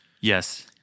Yes